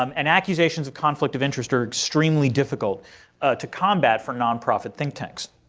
um and accusations of conflict of interest are extremely difficult to combat for nonprofit think tanks.